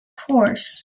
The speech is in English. course